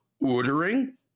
ordering